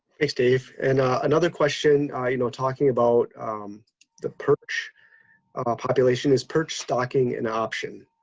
thanks, dave. and another question you know talking about the perch population. is perch stocking an option?